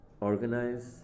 organize